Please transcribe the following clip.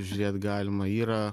žiūrėt galima yra